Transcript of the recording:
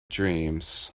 dreams